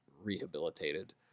rehabilitated